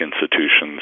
institutions